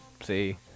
See